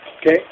Okay